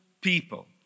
people